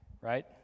Right